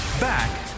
Back